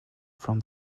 from